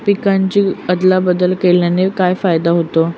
पिकांची अदला बदल केल्याने काय फायदा होतो?